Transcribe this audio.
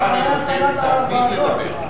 לך אני נותן תמיד לדבר.